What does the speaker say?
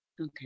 Okay